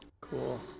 Cool